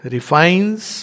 Refines